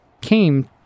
came